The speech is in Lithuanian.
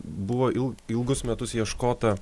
buvo il ilgus metus ieškota